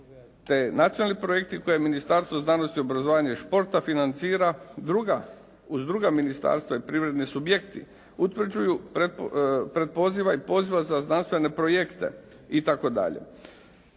te nacionalni projekti koje Ministarstvo znanosti, obrazovanja i športa financira uz druga ministarstva i privredni subjekti utvrđuju predpoziva i poziva za znanstvene projekte itd.